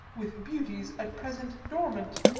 with beauties at present dormant.